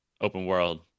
open-world